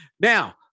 Now